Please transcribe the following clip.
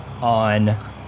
on